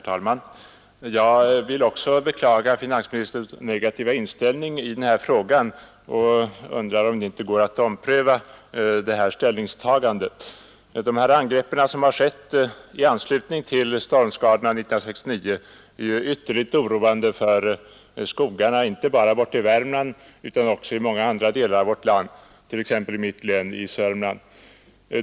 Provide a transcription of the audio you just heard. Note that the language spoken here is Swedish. Herr talman! Jag vill också beklaga finansministerns negativa inställning i den här frågan och undrar om det inte går att ompröva ställningstagandet. De angrepp som skett i anslutning till stormskadorna 1969 är ju ytterligt oroande inte bara i Värmland utan också i många andra delar av vårt land, t.ex. mitt hemlän Södermanland.